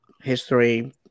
history